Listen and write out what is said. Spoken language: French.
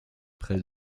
près